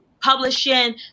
publishing